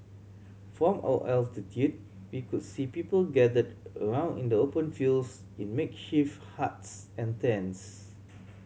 from our altitude we could see people gathered around in the open fields in makeshift huts and tents